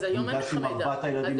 בדקתי ב-184 מדינות,